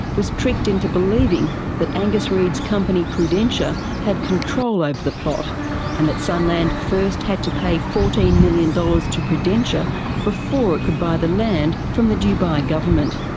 was tricked into believing that angus reed's company prudentia had control over the plot and that sunland first had to pay fourteen million dollars to prudentia before it could buy the land from the dubai government.